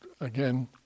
again